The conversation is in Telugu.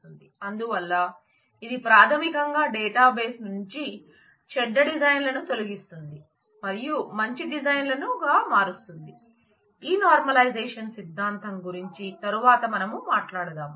అందువల్ల ఇది ప్రాథమికంగా డేటాబేస్ నుంచి చెడ్డ డిజైన్ లను తొలగిస్తుంది మరియు మంచి డిజైన్లుగా మారుస్తుంది ఈ నార్మలైజేషన్ సిద్ధాంతం గురించి తరువాత మనం మాట్లాడతాం